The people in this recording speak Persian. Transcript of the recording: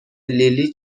لیلی